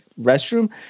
restroom